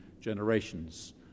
generations